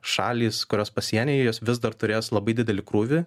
šalys kurios pasienyje jos vis dar turės labai didelį krūvį